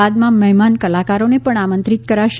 બાદમાં મહેમાન કલાકારોને આમંત્રિત કરાશે